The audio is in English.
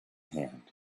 hand